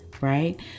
right